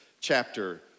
chapter